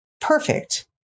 perfect